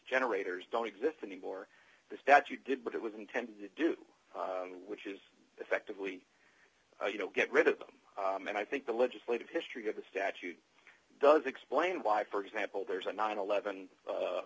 generators don't exist anymore the statue did what it was intended to do which is effectively you know get rid of them and i think the legislative history of the statute does explain why for example there's a nine